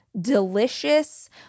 delicious